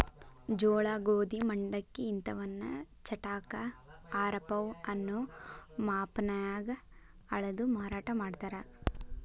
ಜೋಳ, ಗೋಧಿ, ಮಂಡಕ್ಕಿ ಇಂತವನ್ನ ಚಟಾಕ, ಆರಪೌ ಅನ್ನೋ ಮಾಪನ್ಯಾಗ ಅಳದು ಮಾರಾಟ ಮಾಡ್ತಾರ